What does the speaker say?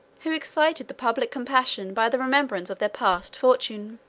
who excited the public compassion by the remembrance of their past fortune.